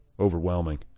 overwhelming